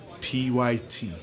PYT